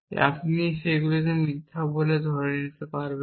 আপনি সেগুলিকে মিথ্যা বলে ধরে নিতে পারবেন না